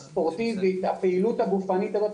הספורטיבית, הפעילות הגופנית הזאת,